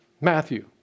Matthew